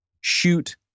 shoot